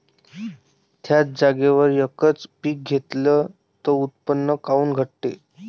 थ्याच जागेवर यकच पीक घेतलं त उत्पन्न काऊन घटते?